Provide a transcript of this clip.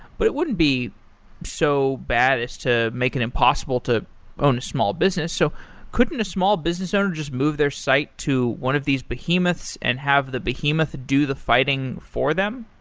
but it wouldn't be so bad as to make it impossible to own a small business. so couldn't a small business owner just move their site to one of these behemoths and have the behemoth do the fighting for them?